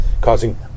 causing